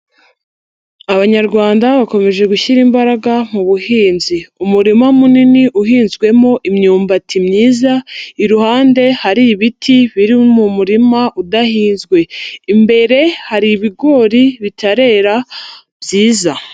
Abanyarwanda bakomeje gushyira imbaraga mu buhinzi. Umurima munini uhinzwemo imyumbati myiza, iruhande hari ibiti biri mu murima udahinzwe. Imbere hari ibigori bitarera byiza.